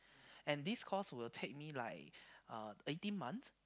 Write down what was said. and this course will take me like uh eighteen months